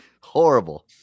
Horrible